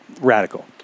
radical